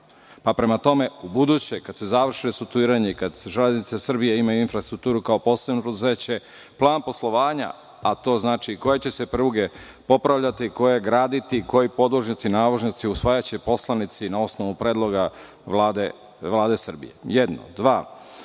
tome, ubuduće, kada se završi restrukturiranje i kada „Železnica Srbije“ ima infrastrukturu kao posebno preduzeće, plan poslovanja, a to znači koje će se pruge popravljati, koje graditi, koji podvožnjaci, nadvožnjaci, usvajaće poslanici na osnovu predloga Vlade Srbije. To je